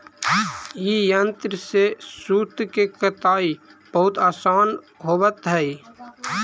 ई यन्त्र से सूत के कताई बहुत आसान होवऽ हई